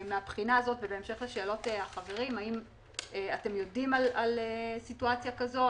מהבחינה הזו ובהמשך לשאלות החברים: האם אתם יודעים על סיטואציה כזו?